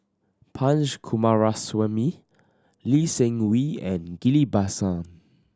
Punch Coomaraswamy Lee Seng Wee and Ghillie Basan